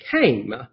came